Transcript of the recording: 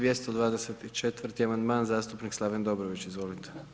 224. amandman, zastupnik Slaven Dobrović, izvolite.